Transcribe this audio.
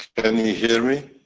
can you hear me?